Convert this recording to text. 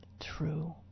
true